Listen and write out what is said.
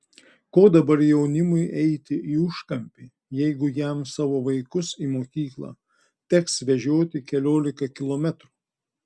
ko dabar jaunimui eiti į užkampį jeigu jam savo vaikus į mokyklą teks vežioti keliolika kilometrų